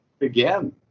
again